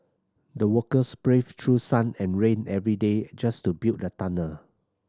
the workers braved through sun and rain every day just to build the tunnel